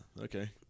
Okay